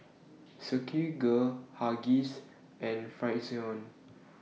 Silkygirl Huggies and Frixion